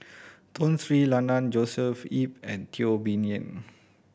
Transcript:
Tun Sri Lanang Joshua Ip and Teo Bee Yen